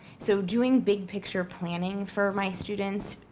so doing big picture planning for my students,